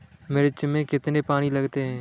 मिर्च में कितने पानी लगते हैं?